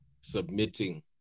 submitting